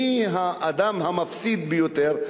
מי האדם המפסיד ביותר?